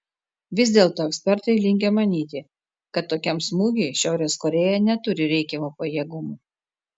vis dėlto ekspertai linkę manyti kad tokiam smūgiui šiaurės korėja neturi reikiamų pajėgumų